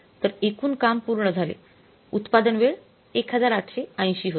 तर एकूण काम पूर्ण झाले उत्पादक वेळ 1880 होता